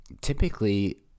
typically